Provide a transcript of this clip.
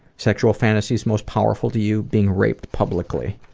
sexual fantasies most powerful to you? being raped publicly.